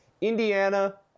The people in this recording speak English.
Indiana